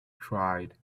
tried